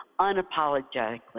unapologetically